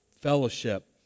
fellowship